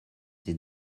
did